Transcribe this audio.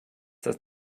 das